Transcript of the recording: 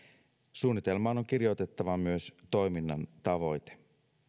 suunnitelmaan on kirjoitettava myös toiminnan tavoite